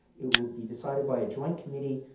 it will be decided by joint committee